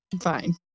Fine